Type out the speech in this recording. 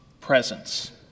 presence